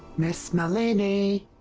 miss nalini!